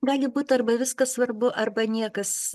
gali būti arba viskas svarbu arba niekas